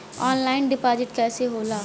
Online deposit कैसे होला?